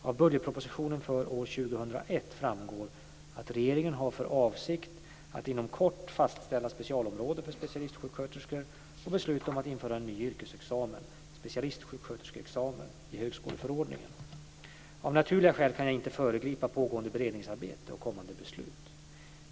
Av budgetpropositionen för 2001 framgår att regeringen har för avsikt att inom kort fastställa specialområden för specialistsjuksköterskor och besluta om att införa en ny yrkesexamen, specialistsjuksköterskeexamen, i högskoleförordningen . Av naturliga skäl kan jag inte föregripa pågående beredningsarbete och kommande beslut.